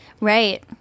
Right